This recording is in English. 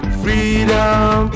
freedom